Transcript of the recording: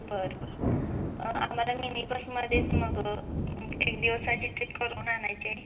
बरं बरं आम्हाला मिनी बसमध्येच मग एक दिवसाची ट्रीप करवून आणायची आहे